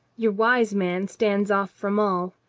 your wise man stands off from all,